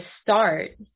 start